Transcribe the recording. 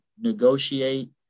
negotiate